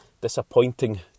disappointing